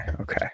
okay